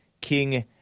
King